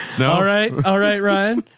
and all right. all right, ryan,